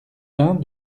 vint